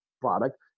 product